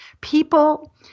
People